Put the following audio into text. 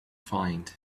find